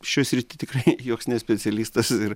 šioj srity tikrai joks ne specialistas ir